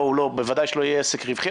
בוודאי שלא יהיה עסק רווחי,